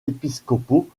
épiscopaux